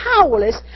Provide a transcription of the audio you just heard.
powerless